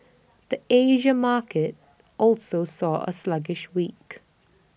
the Asia market also saw A sluggish week